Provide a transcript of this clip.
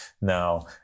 now